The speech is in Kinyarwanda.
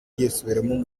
yisubiramo